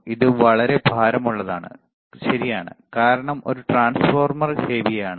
ഇത് വളരെ ഭാരമുള്ളതാണ് ശരിയാണ് കാരണം ഒരു ട്രാൻസ്ഫോർമർ ഹെവി ആണ്